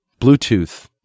bluetooth